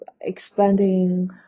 expanding